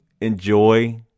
enjoy